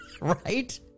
right